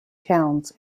towns